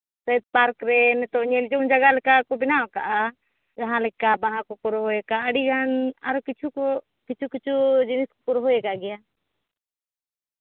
site park ᱨᱮ ᱱᱤᱛᱳᱜ ᱧᱮᱞ ᱡᱚᱝ ᱡᱟᱭᱜᱟ ᱞᱮᱠᱟ ᱠᱚ ᱵᱮᱱᱟᱣ ᱠᱟᱜᱼᱟ ᱡᱟᱦᱟᱸᱞᱮᱠᱟ ᱵᱟᱦᱟ ᱠᱚᱠᱚ ᱨᱚᱦᱚ ᱟᱠᱟᱜᱼᱟ ᱟᱹᱰᱤᱜᱟᱱ ᱟᱨᱚ ᱠᱤᱪᱷᱩ ᱠᱚ ᱠᱤᱪᱷᱩ ᱠᱤᱪᱷᱩ ᱡᱤᱱᱤᱥ ᱠᱚᱠᱚ ᱨᱚᱦᱚᱭ ᱠᱟᱜ ᱜᱮᱭᱟ